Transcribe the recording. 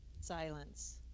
Silence